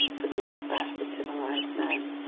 but not that of a civilized man.